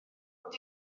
ond